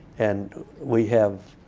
and we have,